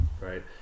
right